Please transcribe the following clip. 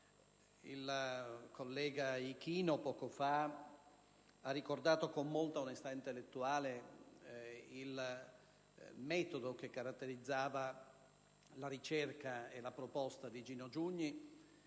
Il collega Ichino poco fa ha ricordato, con molta onestà intellettuale, il metodo che caratterizzava la ricerca e la proposta di Gino Giugni